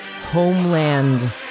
Homeland